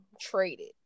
traded